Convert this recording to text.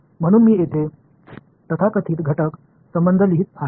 म्हणून मी येथे तथाकथित घटक संबंध लिहित आहे